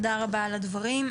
תודה רבה על הדברים.